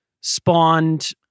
spawned